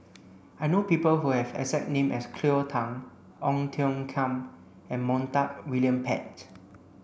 I know people who have exact name as Cleo Thang Ong Tiong Khiam and Montague William Pett